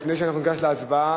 לפני שאנחנו ניגש להצבעה,